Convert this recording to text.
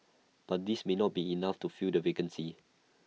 but this may not be enough to fill the vacancies